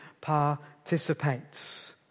participates